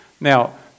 Now